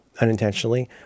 unintentionally